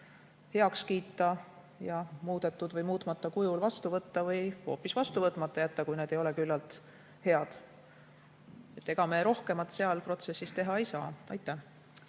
heaks kiita ja muudetud või muutmata kujul vastu võtta või hoopis vastu võtmata jätta, kui nad ei ole küllalt head. Ega me rohkemat selles protsessis teha ei saa. Suur